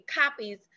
copies